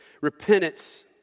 Repentance